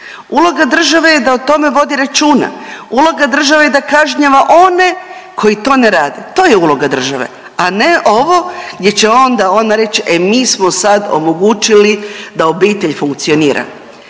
uloga države je da o tome vodi računa, uloga države je kažnjava one koji to ne rade, to je uloga države, a ne ovo gdje će onda ona reći e mi smo sad omogućili da obitelj funkcionira.